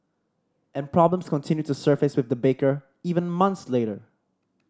and problems continued to surface with the baker even months later